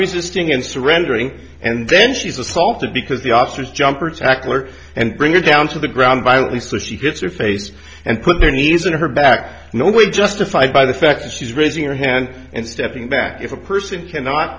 resisting and surrendering and then she's assaulted because the officers jump or tackler and bring her down to the ground violently so she gets her face and put their knees on her back no way justified by the fact that she's raising her hand and stepping back if a person cannot